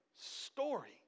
story